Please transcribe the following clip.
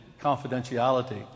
confidentiality